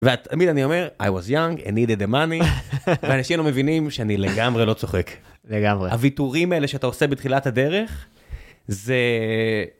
ותמיד אני אומר, I was young, I needed the money, ואנשים לא מבינים שאני לגמרי לא צוחק. לגמרי. הוויתורים האלה שאתה עושה בתחילת הדרך, זה...